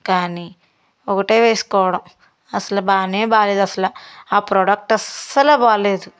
కానీ ఒకటే వేసుకోవడం అసల బాగానే బాగాలేదు అసల ఆ ప్రోడక్ట్ అస్సలు బాగాలేదు